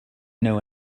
know